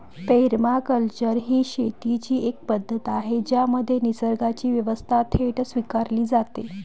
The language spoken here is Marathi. पेरमाकल्चर ही शेतीची एक पद्धत आहे ज्यामध्ये निसर्गाची व्यवस्था थेट स्वीकारली जाते